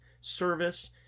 service